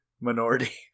minority